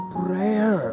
prayer